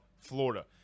Florida